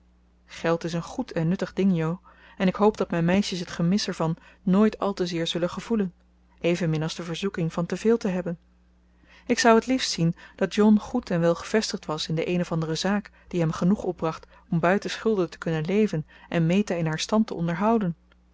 geld is een goed en nuttig ding jo en ik hoop dat mijn meisjes het gemis er van nooit al te zeer zullen gevoelen evenmin als de verzoeking van te veel te hebben ik zou t liefst zien dat john goed en wel gevestigd was in de een of andere zaak die hem genoeg opbracht om buiten schulden te kunnen leven en meta in haar stand te onderhouden